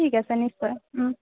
ঠিক আছে নিশ্চয়